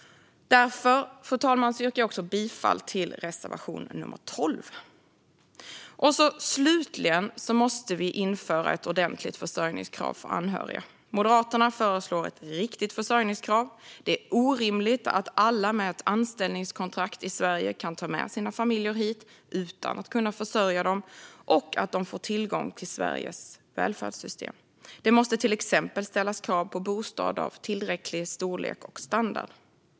Därför, fru talman, yrkar jag bifall till reservation 12. Slutligen måste vi införa ett ordentligt försörjningskrav för anhöriga. Moderaterna föreslår ett riktigt försörjningskrav. Det är orimligt att alla med ett anställningskontrakt i Sverige kan ta med sina familjer hit utan att kunna försörja dem och att de får tillgång till Sveriges välfärdssystem. Det måste till exempel ställas krav på bostad av tillräcklig storlek och standard.